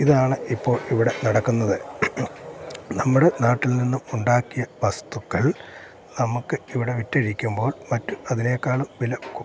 ഇതാണ് ഇപ്പോൾ ഇവിടെ നടക്കുന്നത് നമ്മുടെ നാട്ടിൽ നിന്നും ഉണ്ടാക്കിയ വസ്തുക്കൾ നമുക്ക് ഇവിടെ വിറ്റഴിക്കുമ്പോൾ മറ്റു അതിനേക്കാളും വില